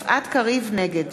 נגד